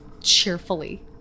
cheerfully